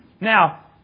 Now